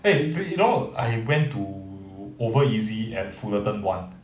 eh but you know I went to over easy at fullerton one